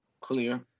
clear